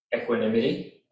equanimity